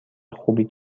خوبی